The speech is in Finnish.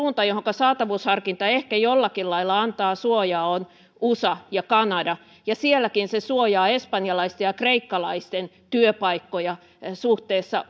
suunta johonka saatavuusharkinta ehkä jollakin lailla antaa suojaa on usa ja kanada ja sielläkin se suojaa espanjalaisten ja kreikkalaisten työpaikkoja suhteessa